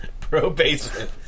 Pro-basement